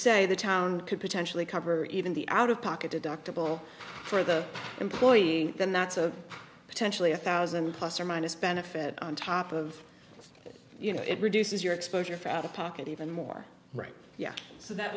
say the town could potentially cover even the out of pocket deductible for the employee then that's a potentially a thousand plus or minus benefit on top of you know it reduces your exposure for out of pocket even more right so that